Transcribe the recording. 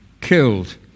killed